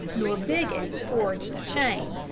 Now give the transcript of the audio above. nor bigot forged a chain.